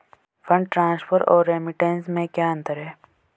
Fund transfer और remittance में क्या अंतर है?